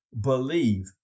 believe